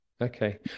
Okay